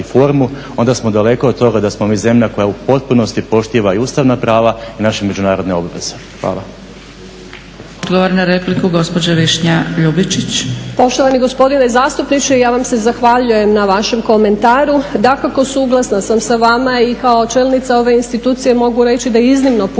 onda smo daleko od toga da smo mi zemlja koja u potpunosti poštiva i ustavna prava i naše međunarodne obveze. Hvala.